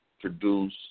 produce